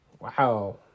Wow